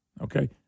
Okay